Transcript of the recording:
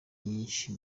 nyinshi